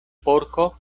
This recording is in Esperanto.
porko